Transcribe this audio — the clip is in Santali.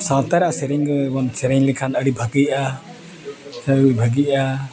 ᱥᱟᱶᱛᱟ ᱨᱮᱭᱟᱜ ᱥᱮᱨᱮᱧ ᱵᱚᱱ ᱥᱮᱨᱮᱧ ᱞᱮᱠᱷᱟᱱ ᱟᱹᱰᱤ ᱵᱷᱟᱹᱜᱤᱜᱼᱟ ᱵᱷᱟᱹᱜᱤᱜᱼᱟ